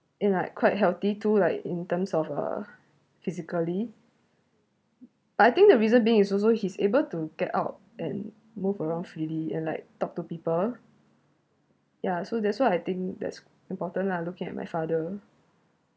in like quite healthy too like in terms of uh physically but I think the reason being is also he's able to get out and move around freely and like talk to people ya so that's why I think that's important lah looking at my father